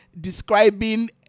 describing